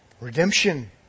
Redemption